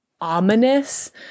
ominous